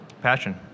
Passion